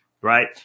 right